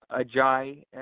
Ajay